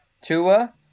Tua